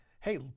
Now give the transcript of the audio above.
hey